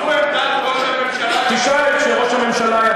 אדוני, זו עמדת ראש הממשלה?